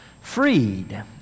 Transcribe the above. freed